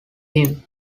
him